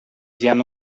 diane